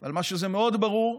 אבל מה שמאוד ברור,